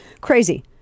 Crazy